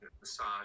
Massage